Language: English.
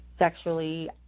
Sexually